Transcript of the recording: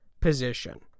position